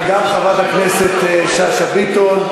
וגם חברת הכנסת שאשא ביטון.